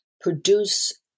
produce